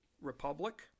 republic